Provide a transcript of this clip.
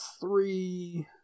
Three